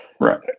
right